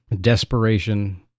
desperation